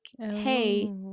hey